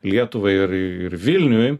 lietuvai ir vilniui